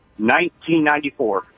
1994